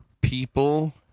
people